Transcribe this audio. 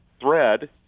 thread